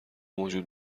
موجود